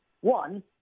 One